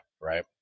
right